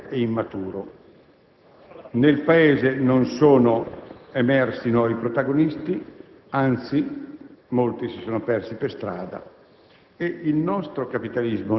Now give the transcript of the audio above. molto spesso fragile ed immaturo. Nel Paese non sono emersi nuovi protagonisti; anzi, molti si sono persi per strada